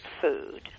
food